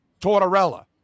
Tortorella